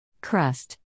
Crust